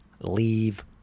leave